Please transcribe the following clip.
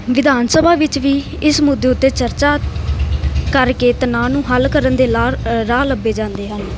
ਵਿਧਾਨ ਸਭਾ ਵਿੱਚ ਵੀ ਇਸ ਮੁੱਦੇ ਉੱਤੇ ਚਰਚਾ ਕਰਕੇ ਤਨਾਅ ਨੂੰ ਹੱਲ ਕਰਨ ਦੇ ਲਾ ਰਾਹ ਲੱਭੇ ਜਾਂਦੇ ਹਨ